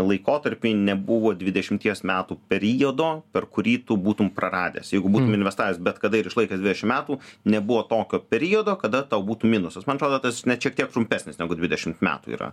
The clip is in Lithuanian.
laikotarpį nebuvo dvidešimties metų periodo per kurį tu būtum praradęs jeigu būtum investavęs bet kada ir išlaikęs dvidešimt metų nebuvo tokio periodo kada tau būtų minusas man atrodo tas net šiek tiek trumpesnis negu dvidešimt metų yra